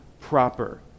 proper